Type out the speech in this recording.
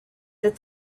that